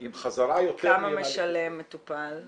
עם חזרה יותר מהירה -- כמה משלם מטופל אצלכם?